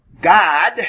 God